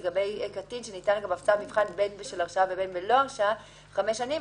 לגבי קטין שניתן לגביו צו מבחן בין בשל הרשעה ובין בלא הרשעה חמש שנים,